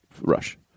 rush